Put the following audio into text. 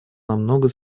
намного